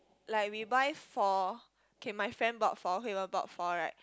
like we buy four okay my friend bought four Hui-Wen bought four right